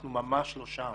אנחנו ממש לא שם.